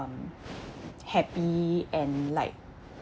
um happy and like